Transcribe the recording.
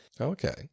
Okay